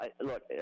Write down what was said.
look